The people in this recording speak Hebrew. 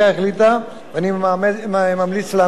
ואני ממליץ לאמץ החלטה זו,